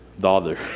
daughter